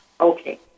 Okay